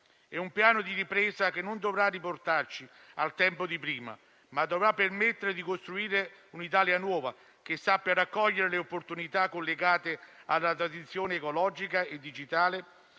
È un piano di ripresa che non dovrà riportarci al tempo di prima, ma dovrà permettere di costruire un'Italia nuova, che sappia raccogliere le opportunità collegate alla tradizione ecologica e digitale,